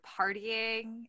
partying